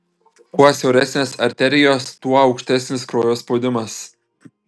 kuo siauresnės arterijos tuo aukštesnis kraujo spaudimas